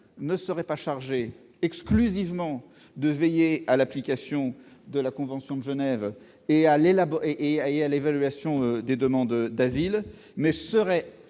ne seraient pas chargés exclusivement de veiller à l'application de la convention de Genève et d'évaluer les demandes d'asile, mais seraient